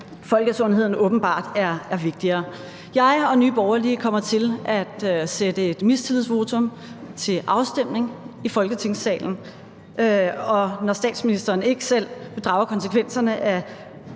folkesundheden åbenbart er vigtigere. Jeg og Nye Borgerlige kommer til at sætte et mistillidsvotum til afstemning i Folketingssalen, og når statsministeren ikke selv vil drage konsekvenserne af